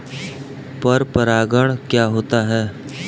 पर परागण क्या होता है?